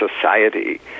society